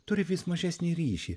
turi vis mažesnį ryšį